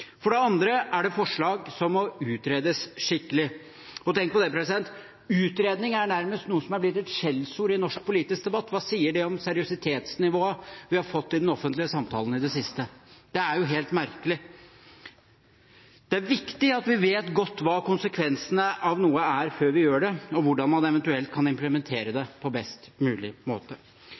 For det andre er det forslag som må utredes skikkelig. Tenk på det, utredning er nærmest noe som er blitt et skjellsord i norsk politisk debatt. Hva sier det om seriøsitetsnivået vi har fått i den offentlige samtalen i det siste? Det er jo helt merkelig. Det er viktig at vi vet godt hva konsekvensene av noe er før vi gjør det, og hvordan man eventuelt kan implementere det på best mulig måte.